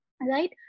Right